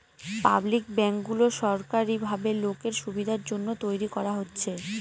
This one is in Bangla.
পাবলিক ব্যাঙ্কগুলো সরকারি ভাবে লোকের সুবিধার জন্য তৈরী করা হচ্ছে